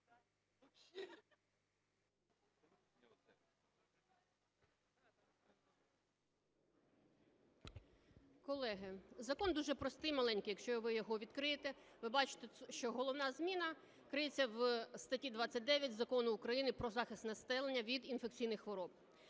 Колеги, закон дуже простий і маленький. Якщо ви його відкриєте, ви бачите, що головна зміна криється в статті 29 Закону України "Про захист населення від інфекційних хвороб".